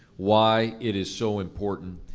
why it is so important.